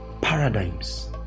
Paradigms